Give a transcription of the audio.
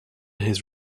his